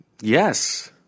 Yes